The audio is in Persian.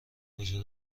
کجا